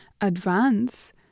advance